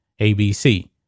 ABC